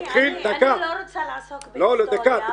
אני לא רוצה לעסוק בהיסטוריה --- דקה,